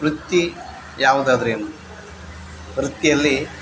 ವೃತ್ತಿ ಯಾವುದಾದರೇನು ವೃತ್ತಿಯಲ್ಲಿ